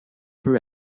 peu